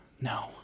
No